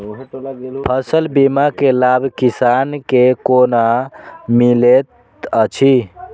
फसल बीमा के लाभ किसान के कोना मिलेत अछि?